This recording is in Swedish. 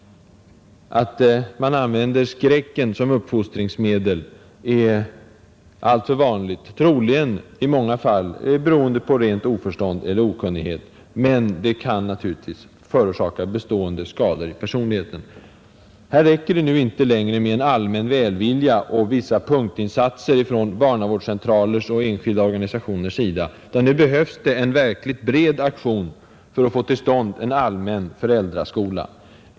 Att man använder skammen och skräcken som uppfostringsmedel är alltför vanligt — troligen i många fall beroende på rent oförstånd eller okunnighet. Det kan naturligtvis förorsaka bestående skador i personligheten. Här räcker det nu inte längre med en allmän välvilja och vissa punktinsatser från barnavårdscentralers och enskilda organisationers sida, utan nu behövs det en verkligt bred aktion för att få till stånd en allmän föräldraskola.